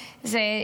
זה?